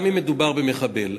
גם אם מדובר במחבל.